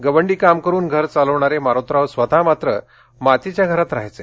गवंडी काम करून घर चालवणारे मारोतराव स्वतः मात्र मातीच्या घरात राहायचे